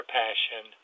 passion